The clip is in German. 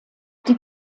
die